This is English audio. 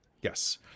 Yes